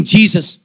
Jesus